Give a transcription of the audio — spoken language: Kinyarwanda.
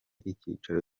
icyicaro